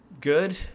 good